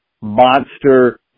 monster